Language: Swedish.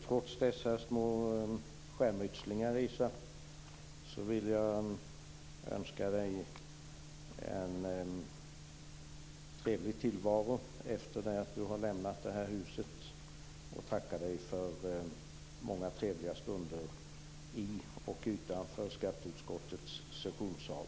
Trots dessa små skärmytslingar, Isa, vill jag önska dig en trevlig tillvaro efter det att du har lämnat detta hus och tacka dig för många trevliga stunder i och utanför skatteutskottets sessionssal.